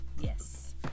yes